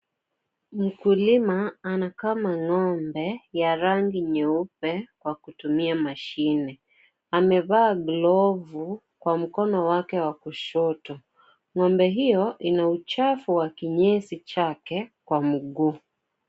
Mkulima anakama ngombe ya rangi nyeupe kwa kutumia mashine. Amevaa glovu kwa mkono wake wa kushoto. Ngombe hiyo ina uchafu wa kinyesi chake kwa mguu.